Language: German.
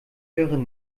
höre